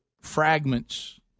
fragments